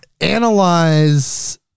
analyze